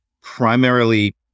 primarily